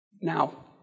Now